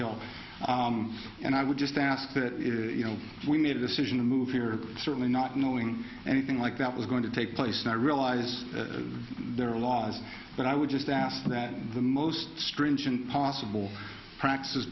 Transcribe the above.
hill and i would just ask that you know we made a decision to move here and certainly not knowing anything like that was going to take place now i realize there are laws but i would just ask that the most stringent possible crac